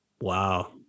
Wow